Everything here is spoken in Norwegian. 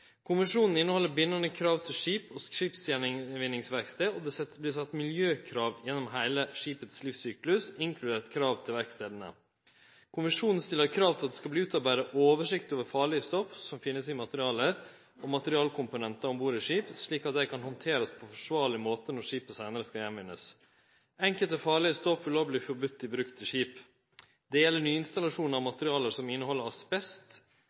Konvensjonen inneheld bindande krav til skip og skipgjenvinningsverkstader, og det vert sett miljøkrav gjennom heile skipets livssyklus, inkludert krav til verkstadene. Konvensjonen stiller krav til at det skal verte utarbeidd oversikt over farlige stoff som finst i materiale og materialkomponentar om bord i skip, slik at dei kan verte handtert på forsvarleg måte når skipet seinare skal gjenvinnast. Enkelte farlege stoff vil òg verte forbode til bruk i skip. Det gjeld nyinstallering av materiale som inneheld asbest,